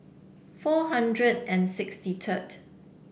four hundred and sixty third